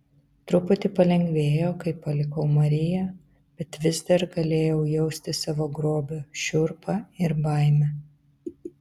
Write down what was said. truputį palengvėjo kai palikau mariją bet vis dar galėjau jausti savo grobio šiurpą ir baimę